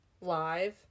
live